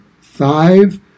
five